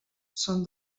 són